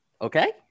Okay